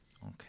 Okay